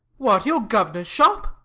what! your governor's shop!